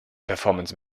performance